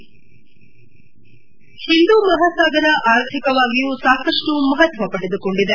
head Hindu Mahasagara ಆರ್ಥಿಕವಾಗಿಯೂ ಸಾಕಷ್ಟು ಮಹತ್ವಪಡೆದುಕೊಂಡಿದೆ